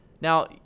Now